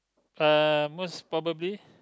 uh most probably